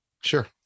Sure